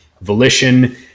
volition